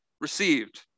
received